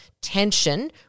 tension